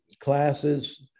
classes